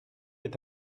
est